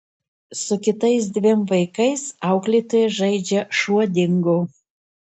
su kitais dviem vaikais auklėtoja žaidžia šuo dingo